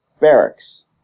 barracks